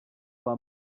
war